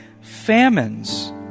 famines